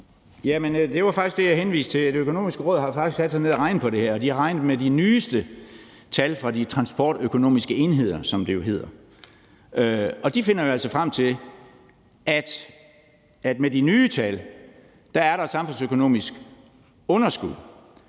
Det var faktisk det, jeg henviste til. Det Økonomiske Råd har jo faktisk sat sig ned og regnet på det her, og de har regnet med de nyeste tal fra de transportøkonomiske enheder, som det jo hedder, og de finder altså frem til, at der med de nye tal er et samfundsøkonomisk underskud,